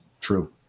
true